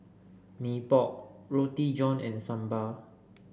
Mee Pok Roti John and Sambal